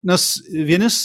nes vieni